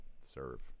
Serve